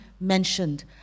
mentioned